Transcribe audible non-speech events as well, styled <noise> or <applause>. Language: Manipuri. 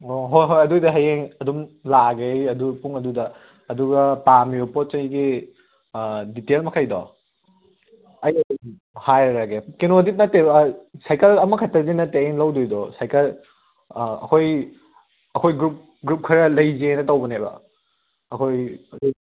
ꯑꯣ ꯍꯣꯍꯣꯏ ꯑꯗꯨꯏꯗꯤ ꯍꯌꯦꯡ ꯑꯗꯨꯝ ꯂꯥꯛꯑꯒꯦ ꯑꯩ ꯑꯗꯨ ꯄꯨꯡ ꯑꯗꯨꯗ ꯑꯗꯨꯒ ꯄꯥꯝꯃꯤꯕ ꯄꯣꯠꯆꯩꯒꯤ ꯗꯤꯇꯦꯜ ꯃꯈꯩꯗꯣ ꯑꯩ ꯑꯗꯨꯝ ꯍꯥꯏꯔꯒꯦ ꯀꯩꯅꯣꯗꯤ ꯅꯠꯇꯦꯕ ꯁꯥꯏꯀꯜ ꯑꯃꯈꯛꯇꯗꯤ ꯅꯠꯇꯦ ꯑꯩꯅ ꯂꯧꯗꯣꯏꯗꯣ ꯁꯥꯏꯀꯜ ꯑꯩꯈꯣꯏ ꯑꯩꯈꯣꯏ ꯒ꯭ꯔꯨꯞ ꯒ꯭ꯔꯨꯞ ꯈꯔ ꯂꯩꯖꯦꯅ ꯇꯧꯕꯅꯦꯕ ꯑꯩꯈꯣꯏ <unintelligible>